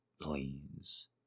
please